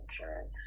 insurance